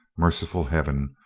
merciful heaven!